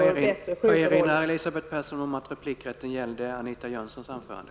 Jag vill erinra Elisabeth Persson om att replikrätten gäller Anita Jönssons anförande.